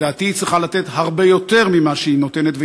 לדעתי היא צריכה לתת הרבה יותר ממה שהיא נותנת,